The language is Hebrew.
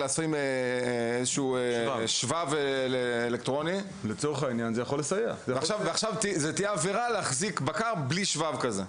לשים איזה שהוא שבב אלקטרוני וזו תהיה עברה להחזיק בבקר בלי שבב כזה.